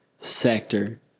Sector